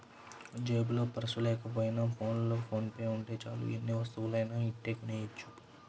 జేబులో పర్సు లేకపోయినా ఫోన్లో ఫోన్ పే ఉంటే చాలు ఎన్ని వస్తువులనైనా ఇట్టే కొనెయ్యొచ్చు